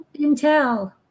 Intel